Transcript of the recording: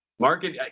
Market